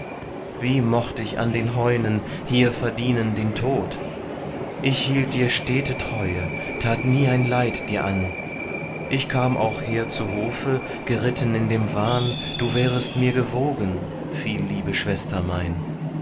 wie mocht ich an den heunen hier verdienen den tod ich hielt dir stete treue tat nie ein leid dir an ich kam auch her zu hofe geritten in dem wahn du wärest mir gewogen viel liebe schwester mein